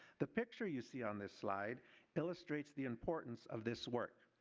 the picture you see on this slide illustrates the importance of this work.